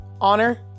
Honor